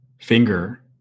finger